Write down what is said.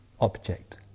object